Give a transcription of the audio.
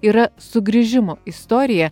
yra sugrįžimo istorija